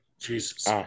Jesus